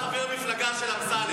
אתה חבר מפלגה של אמסלם.